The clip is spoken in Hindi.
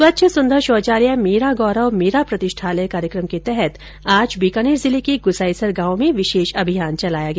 स्वच्छ सुन्दर शौचालय मेरा गौरव मेरा प्रतिष्ठालय कार्यक्रम के तहत आज बीकानेर जिले के गुसाईसर गांव में विशेष अभिचान चलाया गया